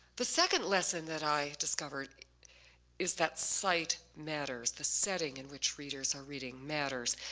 the second lesson that i discovered is that site matters, the setting in which readers are reading matters.